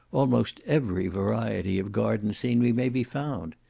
almost every variety of garden scenery may be found.